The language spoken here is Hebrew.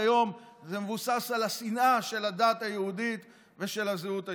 היום על שנאת הדת היהודית והזהות היהודית.